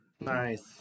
Nice